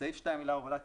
בסעיף (2) המילה הובלה תימחק.